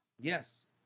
Yes